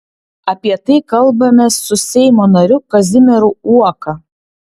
apie tai kalbamės su seimo nariu kazimieru uoka